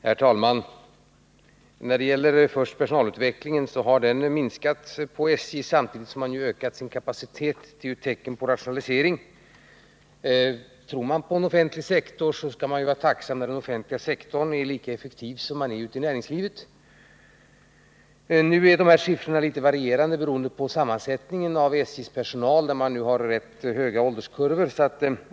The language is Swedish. Herr talman! När det gäller personalutvecklingen vill jag säga att personalen har minskat vid SJ samtidigt som SJ ökat sin kapacitet. Det är ju ett tecken på rationalisering. Tror man på en offentlig sektor, så skall man vara tacksam när den offentliga sektorn är lika effektiv som näringslivet. Nu är dessa siffror litet varierande, beroende på sammansättningen av SJ:s personal; man har nu ålderskurvor med rätt höga siffror.